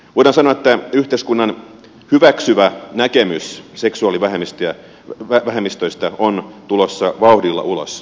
voidaan sanoa että yhteiskunnan hyväksyvä näkemys seksuaalivähemmistöistä on tulossa vauhdilla ulos kaapista